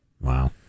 Wow